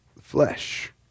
flesh